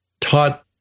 taught